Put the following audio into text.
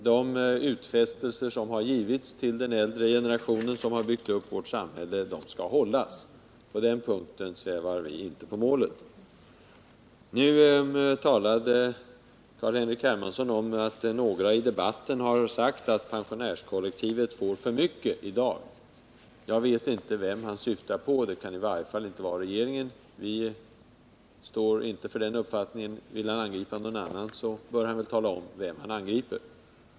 De utfästelser som har givits till den äldre generationen, som har byggt upp vårt samhälle, skall hållas. På den punkten svävar vi inte på målet. Carl-Henrik Hermansson talade om att några i debatten har sagt att pensionärskollektivet får för mycket i dag. Jag vet inte vem han syftar på. Det kan i varje fall inte vara regeringen. Regeringen står inte för den uppfattningen. Vill han angripa någon annan bör han tala om vem han angriper.